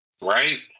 right